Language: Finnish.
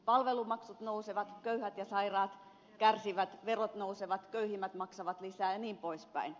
palvelumaksut nousevat köyhät ja sairaat kärsivät verot nousevat köyhimmät maksavat lisää jnp